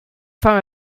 from